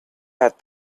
had